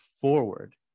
forward